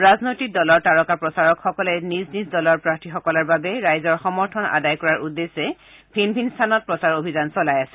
ৰাজনৈতিক দলৰ তাৰকা প্ৰচাৰকসকলে নিজ নিজ দলৰ প্ৰাৰ্থীসকলৰ বাবে ৰাইজৰ সমৰ্থন আদায় কৰাৰ উদ্দেশ্যে ভিন ভিন স্থানত প্ৰচাৰ চলাই আছে